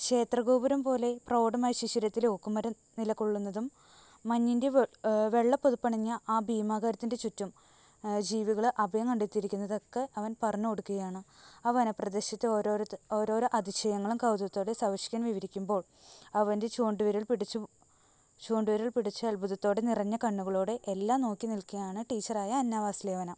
ക്ഷേത്രഗോപുരം പോലെ പ്രൗഢമായി ശിശിരത്തിൽ ഓക്കുമരം നിലകൊള്ളുന്നതും മഞ്ഞിൻ്റെ വെള്ളപ്പുതപ്പണിഞ്ഞ ആ ഭീമാകാരത്തിൻ്റെ ചുറ്റും ജീവികള് അഭയം കണ്ടത്തിയിരിക്കുന്നത് ഒക്കെ അവൻ പറഞ്ഞുകൊടുക്കുകയാണ് ആ വന പ്രദേശത്തെ ഓരോരോ അതിശയങ്ങളും കൗതുകത്തോടെ സവിഷ്കിൻ വിവരിക്കുമ്പോൾ അവൻ്റെ ചൂണ്ടുവിരൽ പിടിച്ച് ചൂണ്ടുവിരൽ പിടിച്ച് അത്ഭുതത്തോടെ നിറഞ്ഞ കണ്ണുകളോടെ എല്ലാം നോക്കിനിൽക്കുകയാണ് ടീച്ചറായ അന്നാവാസ്ലിവ്ന